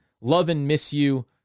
love-and-miss-you